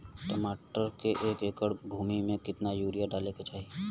टमाटर के एक एकड़ भूमि मे कितना यूरिया डाले के चाही?